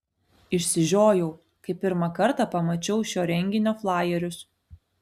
išsižiojau kai pirmą kartą pamačiau šio renginio flajerius